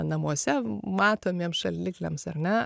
namuose matomiems šaldikliams ar ne